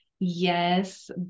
Yes